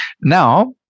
Now